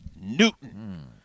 Newton